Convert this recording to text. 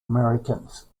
americans